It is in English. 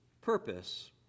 purpose